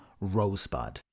Rosebud